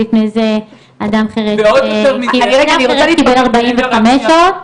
ולפני זה אדם חירש קיבל ארבעים וחמש שעות,